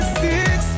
six